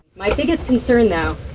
my biggest concern, though,